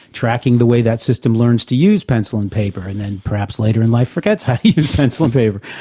tracking the way that system learns to use pencil and paper, and then perhaps later in life forgets how to use pencil and paper.